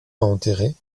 enterré